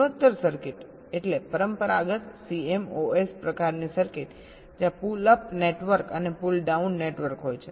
ગુણોત્તર સર્કિટ એટલે પરંપરાગત CMOS પ્રકારની સર્કિટ જ્યાં પુલ અપ નેટવર્ક અને પુલ ડાઉન નેટવર્ક હોય છે